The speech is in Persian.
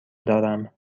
دارم